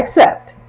accept.